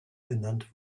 benannt